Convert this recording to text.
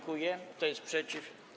Kto jest przeciw?